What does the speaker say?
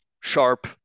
sharp